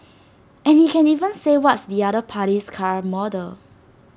and he can even say what's the other party's car model